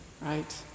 Right